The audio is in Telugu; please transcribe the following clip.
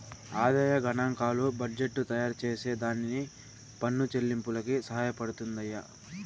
ఆదాయ గనాంకాలు బడ్జెట్టు తయారుచేసే దానికి పన్ను చెల్లింపులకి సహాయపడతయ్యి